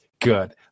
Good